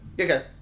Okay